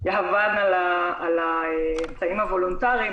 יהבן על האמצעים הוולונטריים,